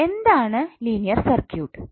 ഇനി എന്താണ് linear circuit